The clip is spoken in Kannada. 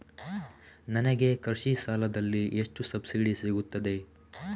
ನನಗೆ ಕೃಷಿ ಸಾಲದಲ್ಲಿ ಎಷ್ಟು ಸಬ್ಸಿಡಿ ಸೀಗುತ್ತದೆ?